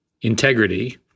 integrity